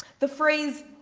the phrase,